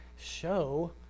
show